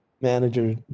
manager